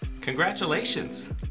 Congratulations